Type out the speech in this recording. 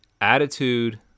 Attitude